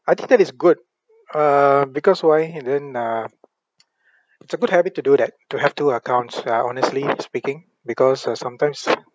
I think that is good uh because why then uh it's a good habit to do that to have two accounts ya honestly speaking because uh sometimes